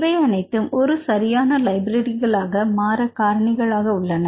இவை அனைத்தும் ஒரு சரியான லைப்ரரிகளாக மாற காரணிகளாக உள்ளன